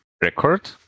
record